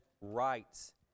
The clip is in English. rights